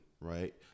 right